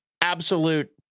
absolute